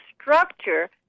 structure